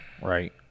Right